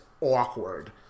awkward